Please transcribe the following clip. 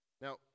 Now